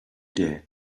day